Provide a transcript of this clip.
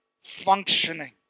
functioning